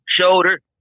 shoulder